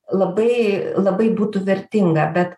labai labai būtų vertinga bet